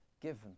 given